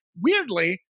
Weirdly